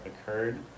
occurred